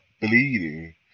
bleeding